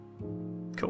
Cool